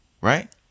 right